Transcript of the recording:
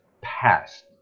past